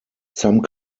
some